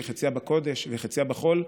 שחצייה בקודש וחצייה בחול,